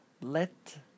let